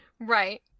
right